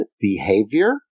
behavior